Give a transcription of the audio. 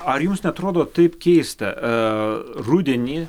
ar jums neatrodo taip keista e rudenį